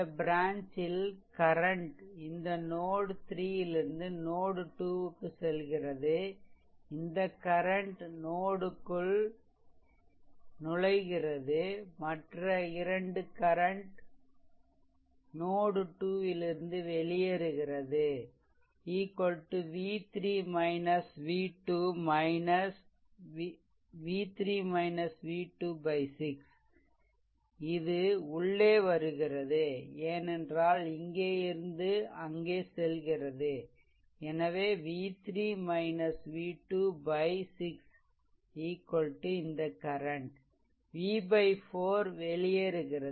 இந்த ப்ரான்ச் ல் கரண்ட் இந்த நோட்3 யிலிருந்து நோட்2 க்கு செல்கிறது இந்த கரண்ட் நோட் க்குள் நுழைகிறது மற்ற இரண்டு node 2 லிருந்து வெளியேறுகிறது v3 v2 6 இது உள்ளே வருகிறது ஏனென்றால் இங்கே இருந்து அங்கே செல்கிறது எனவே v3 v2 6 இந்த கரண்ட் v 4 வெளியேறுகிறது